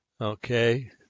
Okay